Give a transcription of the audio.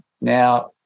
Now